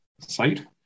site